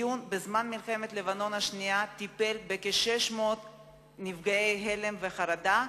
בזמן מלחמת לבנון השנייה טיפל המיון בכ-600 נפגעי הלם וחרדה,